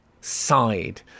side